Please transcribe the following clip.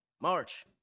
March